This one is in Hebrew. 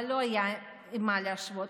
אבל לא היה עם מה להשוות,